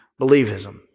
believism